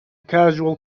casual